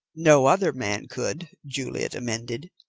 no other man could, juliet amended.